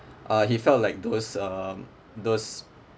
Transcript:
uh he felt like those um those